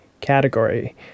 category